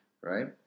Right